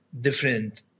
different